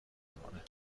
میکنه